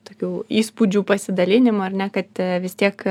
tokių įspūdžių pasidalinimo ar ne kad vis tiek